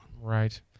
Right